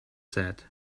set